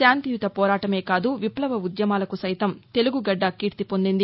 శాంతియుత పోరాటమే కాదు విప్షవ ఉద్యమాలకు సైతం తెలుగుగడ్డ కీర్తి పొందింది